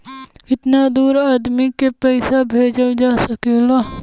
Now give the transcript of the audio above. कितना दूर आदमी के पैसा भेजल जा सकला?